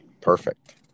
Perfect